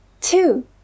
Two